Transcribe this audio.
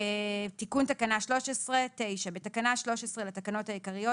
תיקון תקנה 13 בתקנה 13 לתקנות העיקריות